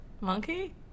Monkey